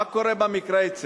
מה קורה אצלנו?